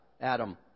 Adam